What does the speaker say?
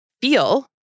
feel